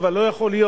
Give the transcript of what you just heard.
אבל לא יכול להיות.